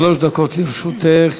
שלוש דקות לרשותך.